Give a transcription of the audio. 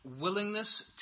willingness